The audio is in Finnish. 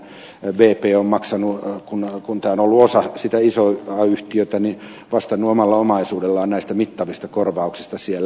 nythän bp on kun tämä on ollut osa isoa yhtiötä vastannut omalla omaisuudellaan näistä mittavista korvauksista siellä